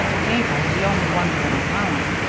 mabel, the only one with an allowance,